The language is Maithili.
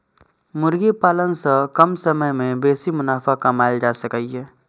मुर्गी पालन सं कम समय मे बेसी मुनाफा कमाएल जा सकैए